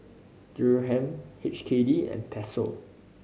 Dirham H K D and Peso